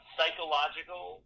Psychological